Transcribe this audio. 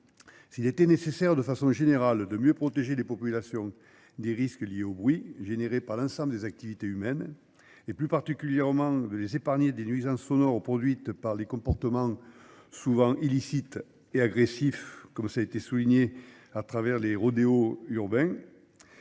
S'il était nécessaire de façon générale de mieux protéger les populations des risques liés au bruit généré par l'ensemble des activités humaines, et plus particulièrement de les épargner des nuisances sonores produites par les comportements souvent illicites et agressifs, comme ça a été souligné à travers les rodéos urbains,